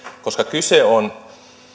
koska kyse on